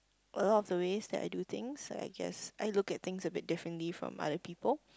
a lot of ways that I do think so I guess I look at thing a bit differently from other people